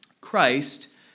Christ